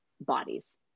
bodies